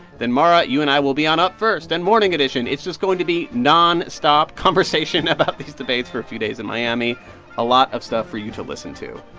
then mara, you and i will be on up first and morning edition. it's just going to be nonstop conversation about these debates for a few days in miami a lot of stuff for you to listen to.